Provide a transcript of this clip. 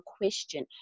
question